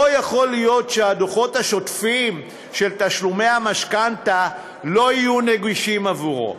לא יכול להיות שהדוחות השוטפים של תשלומי המשכנתה לא יהיו נגישים לו.